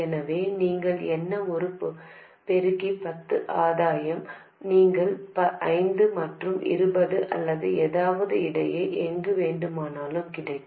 எனவே நீங்கள் என்ன ஒரு பெருக்கி பத்து ஆதாயம் நீங்கள் ஐந்து மற்றும் இருபது அல்லது ஏதாவது இடையே எங்கு வேண்டுமானாலும் கிடைக்கும்